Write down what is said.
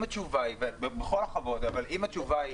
אם התשובה היא, בכל כבוד, אבל אם התשובה היא: